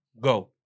Go